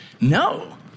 No